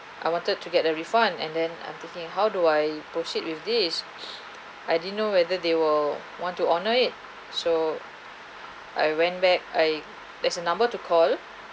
I wanted to get a refund and then I'm thinking how do I proceed with this I didn't know whether they will want to honour it so I went back I there's a number to call